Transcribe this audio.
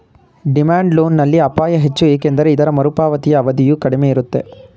demand loan ನಲ್ಲಿ ಅಪಾಯ ಹೆಚ್ಚು ಏಕೆಂದರೆ ಇದರ ಮರುಪಾವತಿಯ ಅವಧಿಯು ಕಡಿಮೆ ಇರುತ್ತೆ